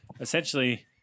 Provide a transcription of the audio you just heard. essentially